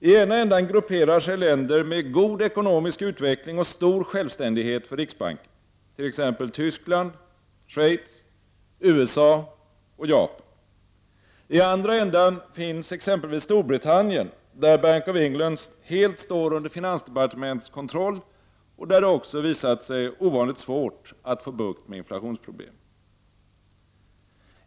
I ena änden grupperar sig länder med god ekonomisk utveckling och stor självständighet för riksbanken — t.ex. Tyskland, Schweiz, USA och Japan. I andra änden finns exempelvis Storbritannien, där Bank of England helt står under finansdepartementets kontroll och där det också har visat sig vara ovanligt svårt att få bukt med inflationsproblemen.